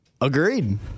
Agreed